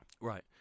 Right